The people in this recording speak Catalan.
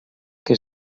que